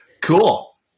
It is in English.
Cool